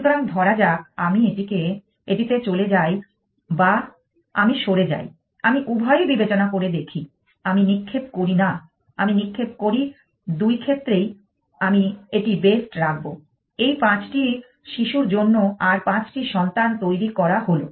সুতরাং ধরা যাক আমি এটিতে চলে যাই বা আমি সরে যাই আমি উভয়ই বিবেচনা করে দেখি আমি নিক্ষেপ করি না আমি নিক্ষেপ করি দুই ক্ষেত্রেই আমি এটি বেস্ট রাখবো এই পাঁচটি শিশুর জন্য আর পাঁচটি সন্তান তৈরি করা হলো